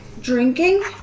drinking